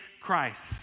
Christ